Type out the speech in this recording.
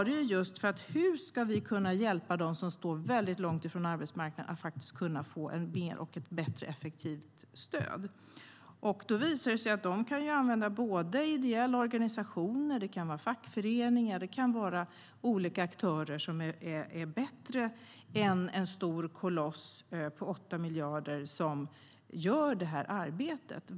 Då visade det sig att man kan använda både ideella organisationer, fackföreningar och olika aktörer som är bättre än en 8-miljarderskoloss som gör det här arbetet.